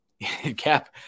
cap